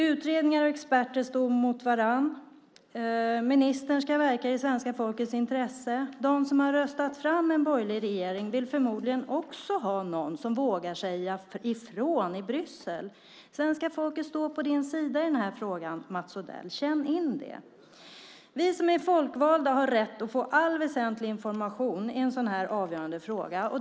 Utredningar och experter står mot varandra. Ministern ska verka i det svenska folkets intresse. De som har röstat fram en borgerlig regering vill förmodligen också ha någon som vågar säga ifrån i Bryssel. Svenska folket står på din sida i den här frågan, Mats Odell. Känn in det! Vi som är folkvalda har rätt att få all väsentlig information i en sådan här avgörande fråga.